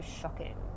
shocking